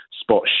spot